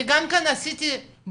אני גם כן עשיתי בדיקות,